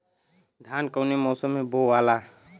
धान कौने मौसम मे बोआला?